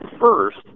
first